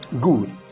Good